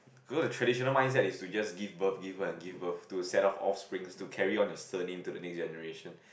because the traditional mindset is to just give birth give birth and give birth to set up offspring to carry on your surname to the next generation